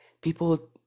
people